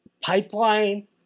pipeline